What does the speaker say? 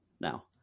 now